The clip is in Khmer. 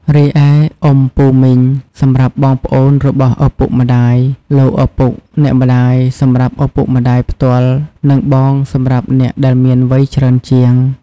រីឯ អ៊ំ/ពូ/មីង សម្រាប់បងប្អូនរបស់ឪពុកម្តាយ លោកឪពុក/អ្នកម្ដាយ សម្រាប់ឪពុកម្តាយផ្ទាល់ និងបងសម្រាប់អ្នកដែលមានវ័យច្រើនជាង។